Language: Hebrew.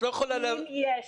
--- אם יש